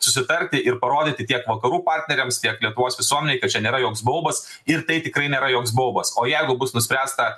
susitarti ir parodyti tiek vakarų partneriams tiek lietuvos visuomenei kad čia nėra joks baubas ir tai tikrai nėra joks baubas o jeigu bus nuspręsta